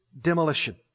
demolition